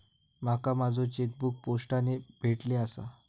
माका माझो चेकबुक पोस्टाने भेटले आसा